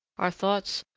our thoughts,